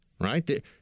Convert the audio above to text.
Right